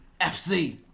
FC